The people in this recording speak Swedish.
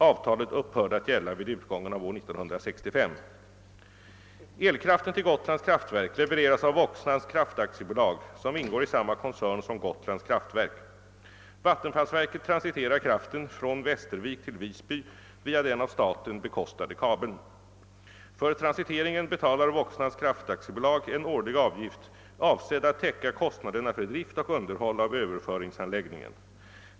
Avtalet upphörde att gälla vid utgången av år 1965. samma koncern som Gotlands kraftverk. Vattenfallsverket transiterar kraften från Västervik till Visby via den av staten bekostade kabeln. För transiteringen betalar Voxnans kraft AB en årlig avgift avsedd att täcka kostnaderna för drift och underhåll av överföringsanläggningen.